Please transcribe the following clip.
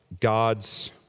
God's